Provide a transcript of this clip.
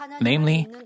Namely